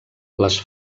les